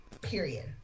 period